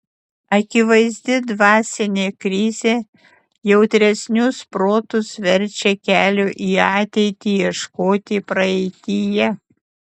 akivaizdi dvasinė krizė jautresnius protus verčia kelio į ateitį ieškoti praeityje